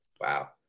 Wow